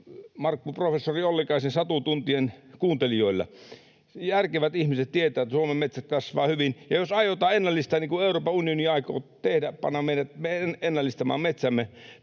vain professori Ollikaisen satutuntien kuuntelijoille. Järkevät ihmiset tietävät, että Suomen metsät kasvavat hyvin, ja jos aiotaan ennallistaa — niin kuin Euroopan unioni aikoo tehdä, panna meidät ennallistamaan metsämme